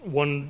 one